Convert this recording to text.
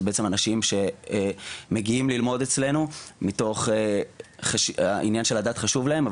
אלו בעצם אנשים שמגיעים ללמוד אצלנו מתוך כך שהעניין של הדת חשוב להם,